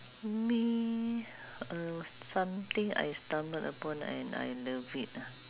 me uh something I stumbled upon and I love it ah